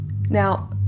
Now